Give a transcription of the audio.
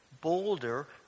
bolder